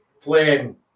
playing